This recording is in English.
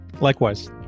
Likewise